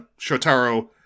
Shotaro